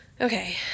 Okay